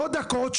לא דקות,